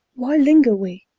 why linger we?